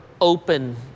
open